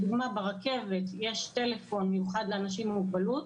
ברכבת יש טלפון מיוחד לאנשים עם מוגבלות,